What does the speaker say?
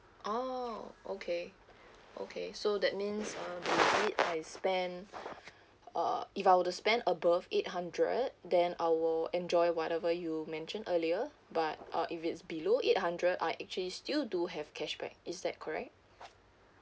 oh okay okay so that means um if I spend uh if I will to spend above eight hundred then I will enjoy whatever you mentioned earlier but uh if it's below eight hundred I actually still do have cashback is that correct